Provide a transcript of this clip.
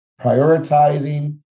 prioritizing